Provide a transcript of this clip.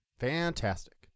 Fantastic